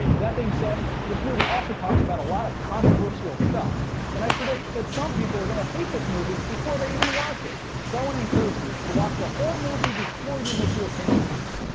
that being said this movie also talks about a lot of controversial stuff and i predict that some people are going to hate this movie before they even watch it. so, i want to encourage you to watch the whole movie before you make your opinion about it.